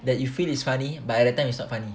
that you feel is funny but at that time is not funny